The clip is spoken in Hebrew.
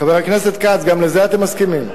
חבר הכנסת כץ, גם לזה אתם מסכימים?